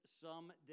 someday